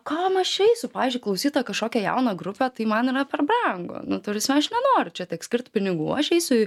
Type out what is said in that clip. kam aš eisiu pavyzdžiui klausyt tą kažkokią jauną grupę tai man yra per brangu nu ta prasme aš nenoriu čia tiek skirt pinigų aš eisiu į